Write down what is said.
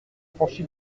franchi